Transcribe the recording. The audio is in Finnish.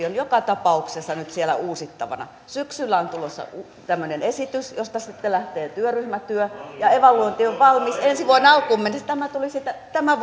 on joka tapauksessa nyt siellä uusittavana syksyllä on tulossa tämmöinen esitys josta sitten lähtee työryhmätyö ja evaluointi on valmis ensi vuoden alkuun mennessä tämä tulisi tämän